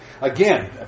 again